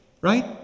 right